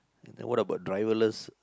then what about driverless